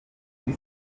kuri